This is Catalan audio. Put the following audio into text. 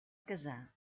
casar